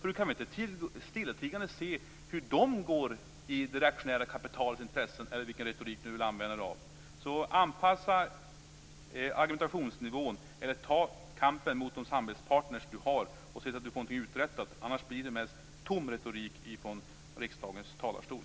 Han kan väl inte stillatigande se hur de går det reaktionära kapitalets intressen, eller vilken retorik han nu vill använda sig av. Anpassa argumentationsnivån eller ta kampen mot de samarbetspartner ni har så att ni får någonting uträttat! Annars blir det mest tom retorik från riksdagens talarstol.